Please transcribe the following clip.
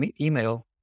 email